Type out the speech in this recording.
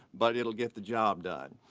but it'll get the job done.